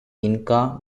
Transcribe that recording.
inca